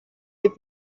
you